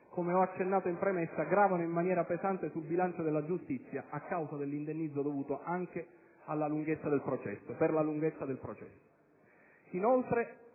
come ho accennato in premessa - gravano in maniera pesante sul bilancio della giustizia a causa dell'indennizzo dovuto anche per la lunghezza del processo.